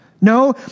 No